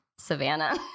savannah